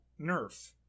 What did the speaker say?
nerf